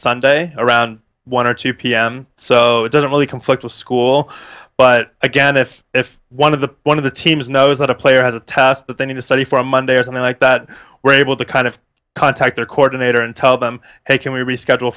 sunday around one or two pm so it doesn't really conflict with school but again if if one of the one of the teams knows that a player has a task that they need to study for a monday or something like that we're able to kind of contact their quarter nater and tell them hey can we reschedule